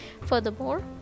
Furthermore